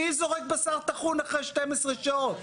מי זורק בשר טחון אחרי 12 שעות?